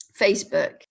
facebook